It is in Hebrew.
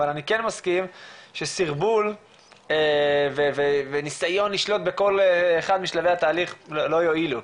אבל אני כן מסכים שסירבול ונסיון לשלוט בכל אחד משלבי התהליך לא יועילו.